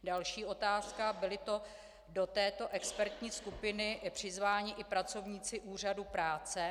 Další otázka: Byli to do této expertní skupiny přizváni i pracovníci úřadu práce?